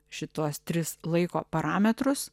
šituos tris laiko parametrus